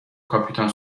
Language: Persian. کاپیتان